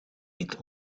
niet